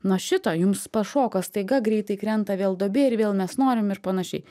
nuo šito jums pašoka staiga greitai krenta vėl duobė ir vėl mes norim ir panašiai